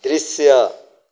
दृश्य